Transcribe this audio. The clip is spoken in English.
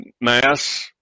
mass